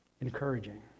encouraging